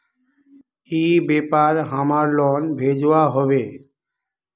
ई व्यापार हमार लोन भेजुआ हभे?